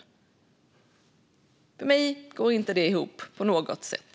För mig går inte det ihop på något sätt.